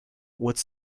would